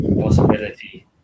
possibility